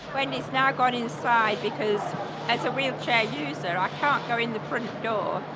wendy has now gone inside because as a wheelchair user i can't go in the front door,